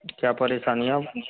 क्या परेशानी है आपकी